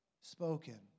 spoken